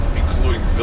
including